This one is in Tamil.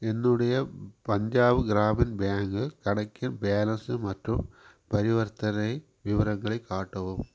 என்னுடைய பஞ்சாப்பு கிராமின் பேங்கு கணக்கின் பேலன்ஸு மற்றும் பரிவர்த்தனை விவரங்களை காட்டவும்